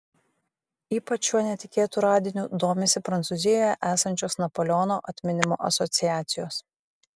ypač šiuo netikėtu radiniu domisi prancūzijoje esančios napoleono atminimo asociacijos